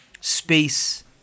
space